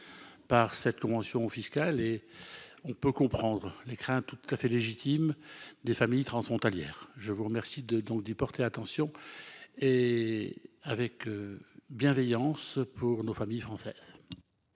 par cette convention fiscale et on peut comprendre les craintes tout à fait légitime des familles transfrontalière, je vous remercie de donc de porter attention et avec bienveillance pour nos familles françaises.